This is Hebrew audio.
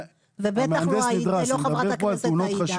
ובטח לא חברת הכנסת עאידה.